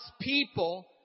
people